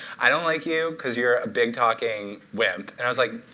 i don't like you because you're a big-talking wimp. and i was like,